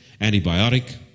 antibiotic